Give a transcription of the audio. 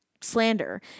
slander